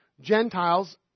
Gentiles